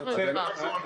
אנחנו איתך.